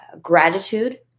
gratitude